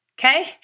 Okay